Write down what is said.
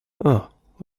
look